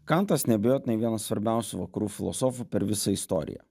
kantas neabejotinai vienas svarbiausių vakarų filosofų per visą istoriją